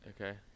Okay